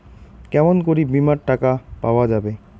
কেমন করি বীমার টাকা পাওয়া যাবে?